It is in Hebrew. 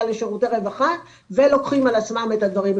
לשירותי רווחה ולוקחים על עצמם את הדברים.